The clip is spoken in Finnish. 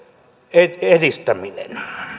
edistäminen